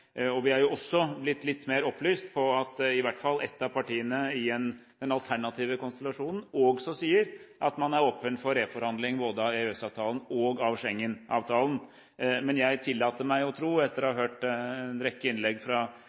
valget. Vi er også blitt litt mer opplyst om at i hvert fall ett av partiene i den alternative konstellasjonen sier at man er åpen for reforhandling både av EØS-avtalen og av Schengen-avtalen. Jeg tillater meg å tro, etter å ha hørt en rekke innlegg fra